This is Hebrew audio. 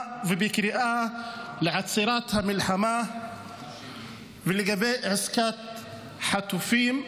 ובקריאה לעצירת המלחמה ולגבי עסקת חטופים.